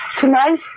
tonight